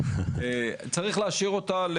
צריך להשאיר אותה,